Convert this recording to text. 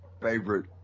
favorite